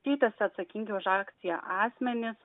keitėsi atsakingi už akciją asmenys